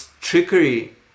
trickery